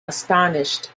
astonished